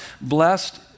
blessed